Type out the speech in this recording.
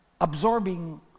absorbing